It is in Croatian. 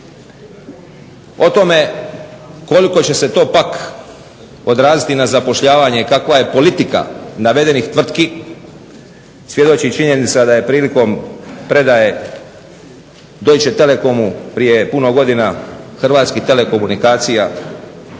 O tome koliko će se to pak odraziti na zapošljavanje i kakva je politika navedenih tvrtki svjedoči činjenica da je prilikom predaje Deutsche Telekomu prije puno godina Hrvatski Telekomunikacija